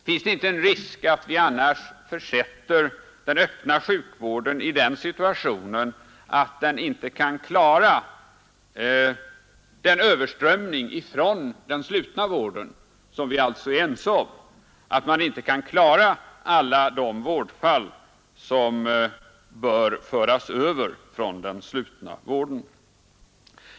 Finns det inte en risk för att vi annars försätter den öppna sjukvärden i den situationen att den inte kan klara den väntade överströmningen av alla de värdfall som vi är ense om att man inte klarar inom den slutna vården utan som alltså bör föras över till den öppna?